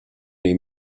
les